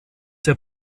der